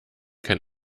kein